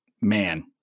man